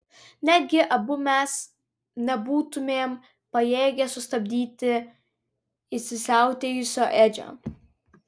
netgi abu mes nebūtumėm pajėgę sustabdyti įsisiautėjusio edžio